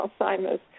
Alzheimer's